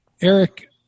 Eric